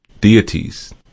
deities